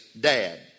dad